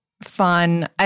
Fun